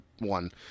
one